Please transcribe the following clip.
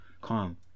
calm